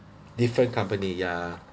different company ya